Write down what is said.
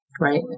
Right